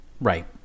Right